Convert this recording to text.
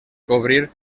cobrir